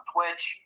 Twitch